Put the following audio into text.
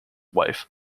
wife